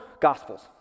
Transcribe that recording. gospels